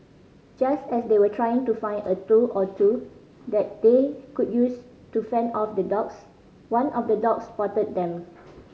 just as they were trying to find a tool or two that they could use to fend off the dogs one of the dogs spotted them